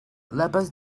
lepas